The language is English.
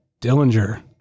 Dillinger